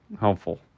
helpful